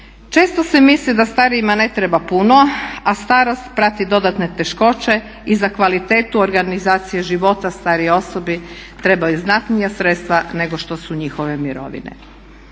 Često se misli da starijima ne treba puno, a starost pratiti dodatne teškoće i za kvalitetu organizacije života starije osobe trebaju znatnija sredstva nego što su njihove mirovine.